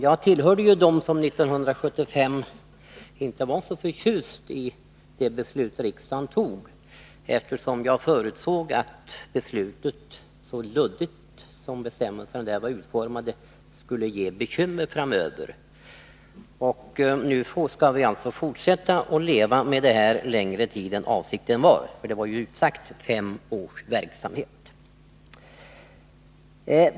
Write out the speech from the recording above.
Jag tillhörde dem som 1975 inte var så förtjusta i det beslut som riksdagen då fattade. Jag förutsåg att beslutet skulle ge bekymmer framöver, eftersom bestämmelserna var så luddigt utformade. Nu skall vi alltså fortsätta att leva med denna ordning längre tid än vad som var avsikten, då det var sagt att det gällde en femårig verksamhet.